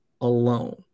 alone